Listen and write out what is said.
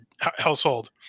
household